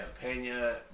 Pena